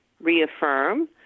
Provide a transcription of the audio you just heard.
reaffirm